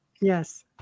Yes